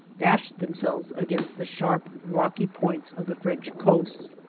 dashed themselves against the sharp, rocky points of the french coast,